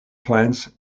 plants